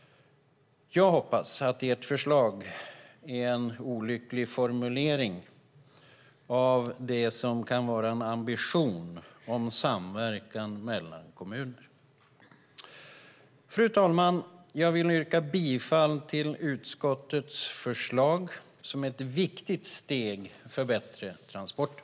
Jag hoppas att ert förslag är en olycklig formulering av det som kan vara en ambition om samverkan mellan kommuner. Fru talman! Jag yrkar bifall till utskottets förslag, som är ett viktigt steg för bättre transporter.